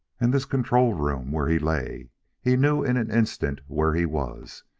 and this control-room where he lay he knew in an instant where he was.